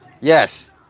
Yes